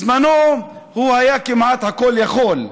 בזמנו הוא היה כמעט כל-יכול.